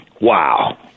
wow